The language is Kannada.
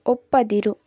ಒಪ್ಪದಿರು